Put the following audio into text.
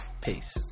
Peace